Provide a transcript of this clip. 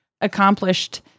accomplished